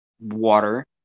water